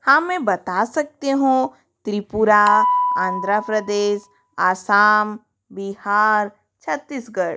हाँ मैं बता सकती हूँ तिलपुरा आंध्रा प्रदेश असम बिहार छत्तीसगढ़